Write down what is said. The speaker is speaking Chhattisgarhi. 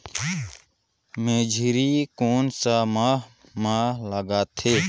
मेझरी कोन सा माह मां लगथे